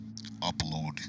upload